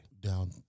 Down